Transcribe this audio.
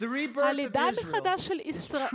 על מנת לעשות את אותו הדבר בקונגרס.